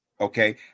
Okay